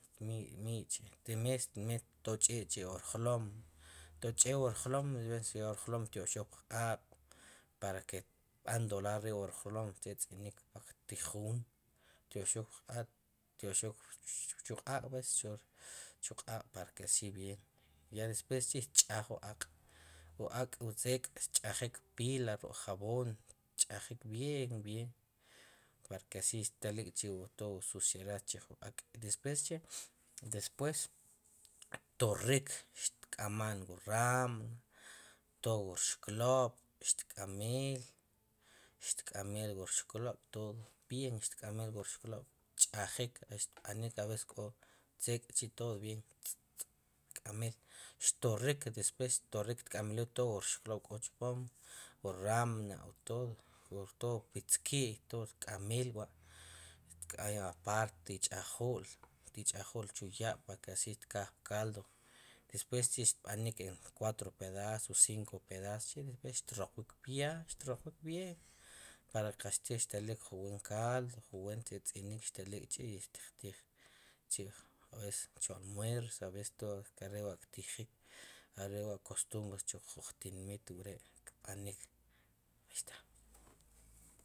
Miyk'chi' tmes mit toch'ey k'chi' wur julom, toch'el wur jlom toch'ey wur julom después ya wur jlom tyoqxoq puq'aaq' para kb'an dorar rib' wur jlom ktz'inik parque ttiij jun tyoqxoq pq'aq, tyoqxoq chu q'aaq pues para que así bien, ya después chi' tch'aj wu ak', wu ak' wu tzek' tch'ajik ppila ruk' jabón, tch'ajik bien paraque así telik njel wu suciedad chij wu ak', después chi' después torik, xk'aman wu ranma', todo wur xklob' xk'ameel, sk'amel todo bien xk'amel wur xklob' tch'aji, xb'anik k'o a veces tzek' todo bien k'amel, xtoriq, xtorij tk'amelul todo wur xklob' k'o chpom, wu ranma' todo, todo pitzki'y todo tk'amel wa', aparte ti' ch'ajul, ti' ch'ajul chu ya' parque así tkaj caldo, después chi' tb'an en cuatro pedazos o cinco pedazos chi' despues xroqwik py'a, xtroqwik bien parque kaxtij telik buen caldo telik k'chi y xtiq tij chi a veces chu almuerzo, a veces todo awe' wa' xtijik, are' wa' cotumbre chuq tinmit wre' tbani' ahi esta